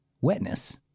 wetness